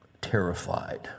terrified